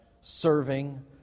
serving